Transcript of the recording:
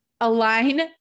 align